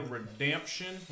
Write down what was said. Redemption